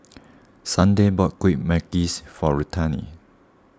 Sunday bought Kueh Manggis for Ruthanne